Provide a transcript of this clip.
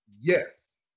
yes